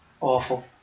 awful